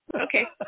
Okay